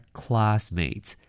classmates